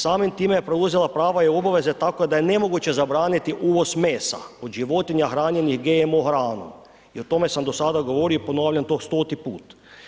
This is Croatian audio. Samim time je preuzela prava i obaveze tako da je nemoguće zabraniti uvoz mesa od životinja hranjenih GMO hranom i o tome sam do sada govorio i ponavljam to stoti put.